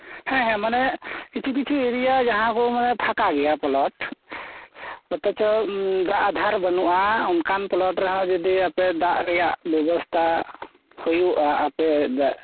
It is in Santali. ᱦᱮᱸ ᱦᱮᱸ ᱢᱟᱱᱮ ᱠᱤᱪᱷᱩ ᱠᱤᱪᱷᱩ ᱮᱨᱤᱭᱟ ᱡᱟᱦᱟᱸ ᱠᱚ ᱢᱟᱱᱮ ᱯᱷᱟᱠᱟ ᱜᱮᱭᱟ ᱯᱚᱞᱚᱴ ᱚᱛᱷᱚᱪᱚ ᱫᱟᱜ ᱟᱫᱷᱟᱨ ᱵᱟ ᱱᱩᱜᱼᱟ ᱚᱱᱠᱟᱱ ᱯᱚᱞᱚᱴ ᱨᱮᱦᱚᱸ ᱡᱩᱫᱤ ᱟᱯᱮ ᱫᱟᱜ ᱨᱮᱭᱟᱜ ᱵᱚᱵᱚᱥᱛᱟ ᱦᱩᱭᱩᱜᱟ ᱟᱯᱮ